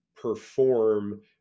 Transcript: perform